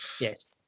Yes